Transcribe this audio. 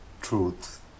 truth